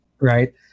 right